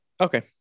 okay